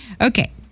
Okay